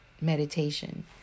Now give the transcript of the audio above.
Meditation